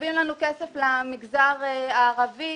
צובעים לנו כסף למגזר הערבי,